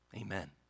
Amen